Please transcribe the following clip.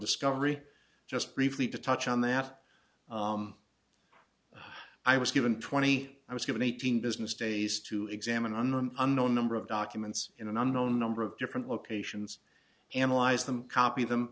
discovery just briefly to touch on that i was given twenty i was given eighteen business days to examine an unknown number of documents in an unknown number of different locations analyze them copy them